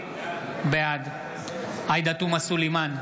בעד עאידה תומא סלימאן,